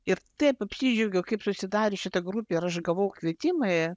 ir taip apsidžiaugiau kaip susidarė šita grupė ir aš gavau kvietimą